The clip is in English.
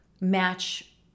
match